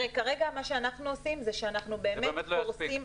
זה באמת לא יספיק.